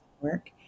work